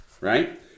Right